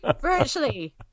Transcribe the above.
Virtually